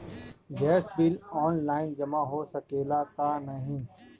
Gas bill online जमा हो सकेला का नाहीं?